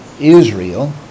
Israel